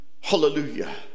Hallelujah